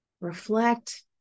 reflect